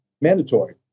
mandatory